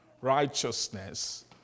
righteousness